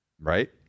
Right